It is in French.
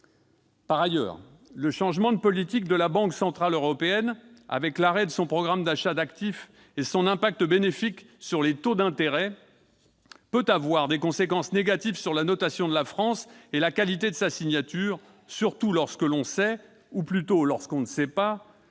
Par ailleurs, le changement de politique de la Banque centrale européenne et l'arrêt de son programme d'achat d'actifs, qui a une incidence bénéfique sur les taux d'intérêt, peuvent avoir des conséquences négatives sur la notation de la France et la qualité de sa signature, surtout lorsque l'on sait, ou plutôt lorsque l'on ne sait pas,